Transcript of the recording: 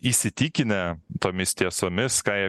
įsitikinę tomis tiesomis ką jie